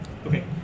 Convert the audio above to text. Okay